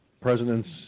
president's